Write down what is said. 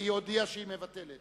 סעיף 39, כהצעת הוועדה, נתקבל.